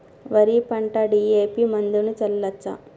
వరి పంట డి.ఎ.పి మందును చల్లచ్చా?